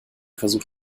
versuch